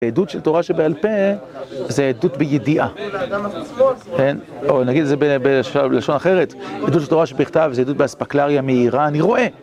עדות של תורה שבעל פה זה עדות בידיעה, כן? או נגיד את זה בלשון אחרת, עדות של תורה שבכתב זה עדות באספקלריא מאירה, אני רואה.